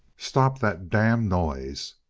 stop that damned noise!